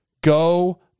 Go